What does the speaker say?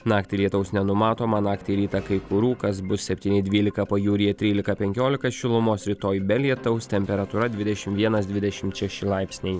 naktį lietaus nenumatoma naktį rytą kai kur rūkas bus septyni dvylika pajūryje trylika penkiolika šilumos rytoj be lietaus temperatūra dvidešim vienas dvidešimt šeši laipsniai